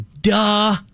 duh